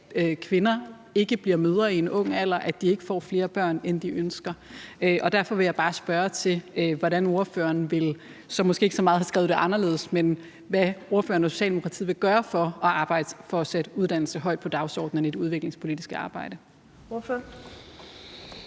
at kvinder ikke bliver mødre i en ung alder, og at de ikke får flere børn, end de ønsker. Og derfor vil jeg bare spørge til, hvordan ordføreren måske ikke så meget ville have skrevet det anderledes, men hvad ordføreren for Socialdemokratiet vil gøre for at arbejde for at sætte uddannelse højt på dagsordenen i det udviklingspolitiske arbejde. Kl.